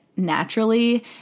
naturally